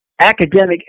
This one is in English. academic